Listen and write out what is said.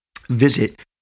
visit